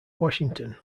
washington